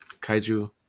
kaiju